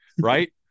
right